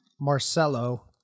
Marcelo